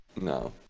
No